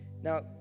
Now